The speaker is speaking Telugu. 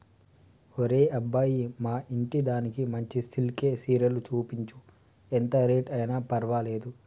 ఒరే అబ్బాయి మా ఇంటిదానికి మంచి సిల్కె సీరలు సూపించు, ఎంత రేట్ అయిన పర్వాలేదు